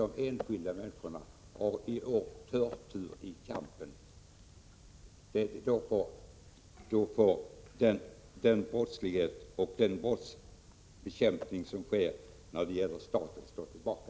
Den brottslighet som riktas mot dem har i år förtur i kampen, och då får den brottslighet och brottsbekämpning som sker när det gäller staten stå tillbaka.